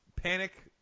Panic